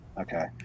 Okay